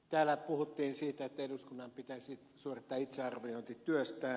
täällä puhuttiin siitä että eduskunnan pitäisi suorittaa itsearviointi työstään